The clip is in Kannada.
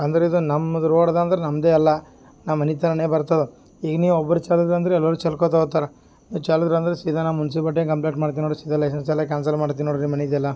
ಅಂದ್ರೆ ಇದು ನಮ್ದು ರೋಡ್ದಂದ್ರೆ ನಮ್ಮದೇ ಎಲ್ಲ ನಮ್ಮ ಮನೆ ಥರ ಬರ್ತದೆ ಈಗ ನೀವು ಒಬ್ರು ಚೆಲ್ಲಿದ್ರ ಅಂದರೆ ಎಲ್ಲರು ಚೆಲ್ಕೋತ ಹೋಗ್ತಾರೆ ನೀವು ಚೆಲ್ಲಿದ್ರೆ ಅಂದರೆ ಸೀದ ನಾ ಮುನ್ಸಿಪಾರ್ಟಿಯಂಗೆ ಕಂಪ್ಲೇಟ್ ಮಾಡ್ತೀನಿ ನೋಡಿ ಸಿದಾ ಲೈಸೆನ್ಸ್ ಎಲ್ಲ ಕ್ಯಾನ್ಸಲ್ ಮಾಡ್ತೀನಿ ನೋಡಿರಿ ಮನೆದೆಲ್ಲ